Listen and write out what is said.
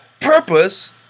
purpose